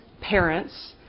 parents